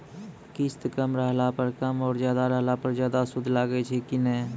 किस्त कम रहला पर कम और ज्यादा रहला पर ज्यादा सूद लागै छै कि नैय?